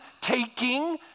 taking